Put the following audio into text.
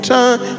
time